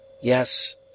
Yes